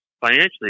financially